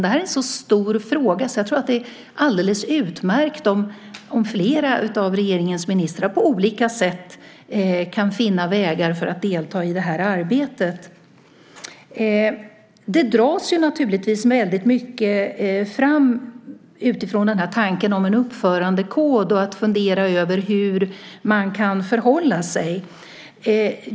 Det här är en så stor fråga att jag tror att det är alldeles utmärkt om fler av regeringens ministrar på olika sätt kan finna vägar för att delta i det här arbetet. Det dras naturligtvis fram väldigt mycket utifrån tanken på en uppförandekod och man funderar över hur man kan förhålla sig.